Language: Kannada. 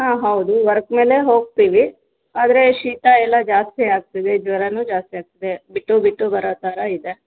ಹಾಂ ಹೌದು ವರ್ಕ್ ಮೇಲೆ ಹೋಗ್ತೀವಿ ಆದರೆ ಶೀತ ಎಲ್ಲ ಜಾಸ್ತಿ ಆಗ್ತಿದೆ ಜ್ವರವೂ ಜಾಸ್ತಿ ಆಗ್ತಿದೆ ಬಿಟ್ಟು ಬಿಟ್ಟು ಬರೋ ಥರ ಇದೆ